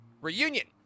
Reunion